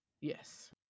Yes